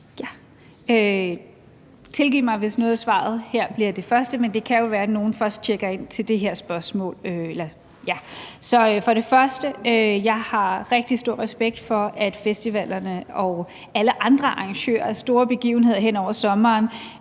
Tilgiv mig, hvis noget af svaret her bliver en gentagelse af det første, men det kan jo være, at nogle først tjekker ind til det her spørgsmål. Jeg vil først sige: Jeg har rigtig stor respekt for, at festivalerne og alle andre arrangører af store begivenheder hen over sommeren